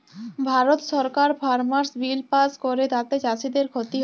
ভারত সরকার farmers bill pass ক্যরে তাতে চাষীদের খ্তি হ্যয়